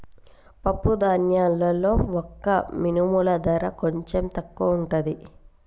పప్పు ధాన్యాల్లో వక్క మినుముల ధర కొంచెం తక్కువుంటది